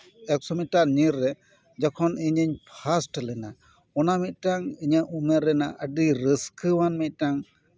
ᱮᱠᱥᱳ ᱢᱤᱴᱟᱨ ᱧᱤᱨ ᱨᱮ ᱡᱚᱠᱷᱚᱱ ᱤᱧᱤᱧ ᱯᱷᱟᱥᱴ ᱞᱮᱱᱟ ᱚᱱᱟ ᱢᱤᱫᱴᱟᱱ ᱤᱧᱟᱹᱜ ᱩᱢᱟᱹᱨ ᱨᱮᱱᱟᱜ ᱟᱹᱰᱤ ᱨᱟᱹᱥᱠᱟᱹᱣᱟᱱ ᱢᱤᱫᱴᱟᱝ